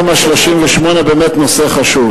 תמ"א 38 באמת נושא חשוב.